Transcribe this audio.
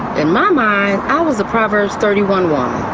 in my mind, i was a proverbs thirty one woman.